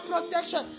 protection